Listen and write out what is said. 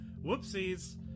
Whoopsies